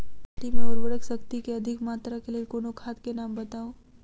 माटि मे उर्वरक शक्ति केँ अधिक मात्रा केँ लेल कोनो खाद केँ नाम बताऊ?